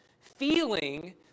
feeling